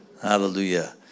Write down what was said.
Hallelujah